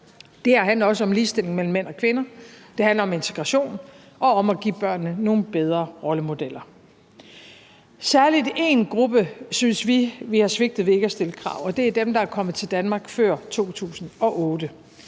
Det her handler også om ligestilling mellem mænd og kvinder, det handler om integration og om at give børnene nogle bedre rollemodeller. Særlig en gruppe synes vi at vi har svigtet ved ikke at stille krav, og det er dem, der er kommet til Danmark før 2008,